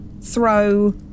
throw